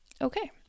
Okay